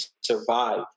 survive